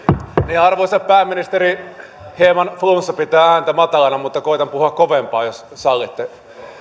niin arvoisa pääministeri hieman flunssa pitää ääntä matalana mutta koetan puhua kovempaa jos sallitte